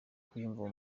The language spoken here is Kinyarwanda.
kuyumva